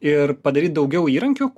ir padaryt daugiau įrankių